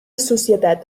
societat